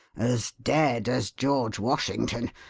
as dead as george washington,